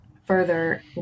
further